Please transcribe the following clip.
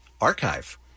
Archive